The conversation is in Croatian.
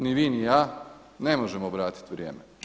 Ni vi ni ja ne možemo vratit vrijeme.